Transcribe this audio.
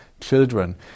children